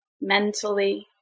mentally